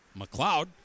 McLeod